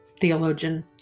theologian